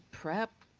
prep,